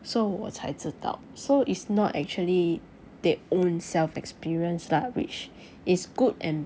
so 我才知道 so is not actually they ownself experience lah which is good and